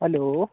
hello